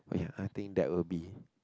ya I think that would be